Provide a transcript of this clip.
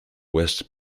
west